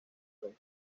rey